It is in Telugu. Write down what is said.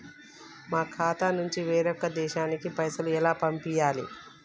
మా ఖాతా నుంచి వేరొక దేశానికి పైసలు ఎలా పంపియ్యాలి?